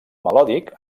melòdic